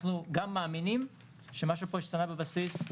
אנחנו גם מאמינים שמשהו פה השתנה בבסיס,